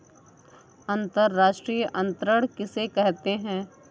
अंतर्राष्ट्रीय अंतरण किसे कहते हैं?